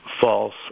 false